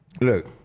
Look